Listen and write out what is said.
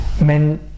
Men